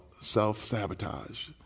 self-sabotage